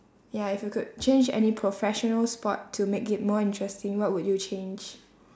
ya if you could change any professional sport to make it more interesting what would you change